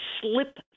slip